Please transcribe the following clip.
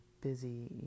busy